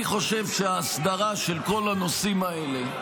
אני חושב שההסדרה של כל הנושאים האלה,